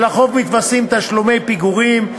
ולחוב מתווספים תשלומי פיגורים.